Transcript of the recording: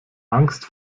angst